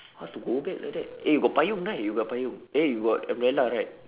how to go back like that eh you got payung right you got payung eh you got umbrella right